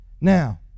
Now